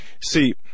See